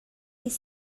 les